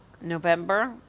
November